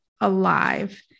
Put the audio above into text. alive